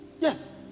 yes